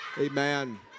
Amen